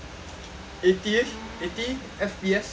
eighty eighty F_P_S